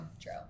true